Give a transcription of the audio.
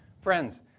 Friends